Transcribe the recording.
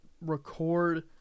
record